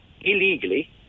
illegally